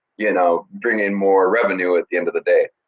you know bring in more revenue at the end of the day.